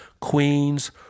queens